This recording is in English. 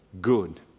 good